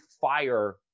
fire –